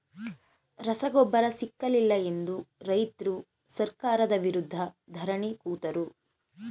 ರಸಗೊಬ್ಬರ ಸಿಕ್ಕಲಿಲ್ಲ ಎಂದು ರೈತ್ರು ಸರ್ಕಾರದ ವಿರುದ್ಧ ಧರಣಿ ಕೂತರು